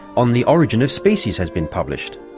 on the origin of species has been published,